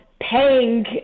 paying